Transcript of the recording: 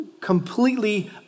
completely